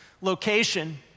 location